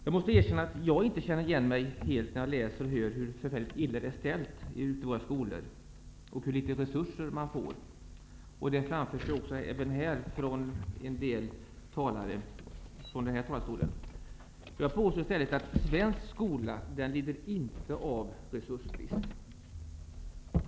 Jag måste erkänna att jag inte helt känner igen mig när jag läser och hör hur förfärligt illa ställt det är i våra skolor och hur lite resurser man får. Det framförs även här från en del talare. Jag påstår i stället att svensk skola inte lider av någon resursbrist.